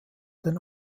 den